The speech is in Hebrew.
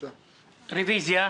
הצבעה בעד, 5 נגד, 3 נמנעים,